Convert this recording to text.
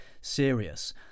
serious